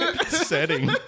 setting